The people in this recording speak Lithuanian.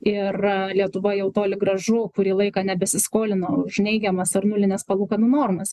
ir lietuva jau toli gražu kurį laiką nebesiskolino už neigiamas ar nulines palūkanų normas